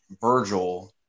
Virgil